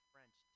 French